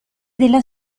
della